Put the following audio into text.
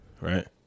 right